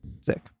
sick